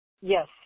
Yes